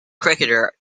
cricketer